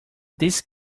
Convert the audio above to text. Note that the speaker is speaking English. this